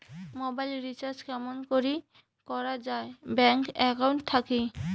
Mobile recharge কেমন করি করা যায় ব্যাংক একাউন্ট থাকি?